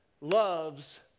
loves